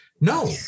No